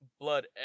blood